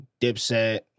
Dipset